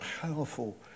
powerful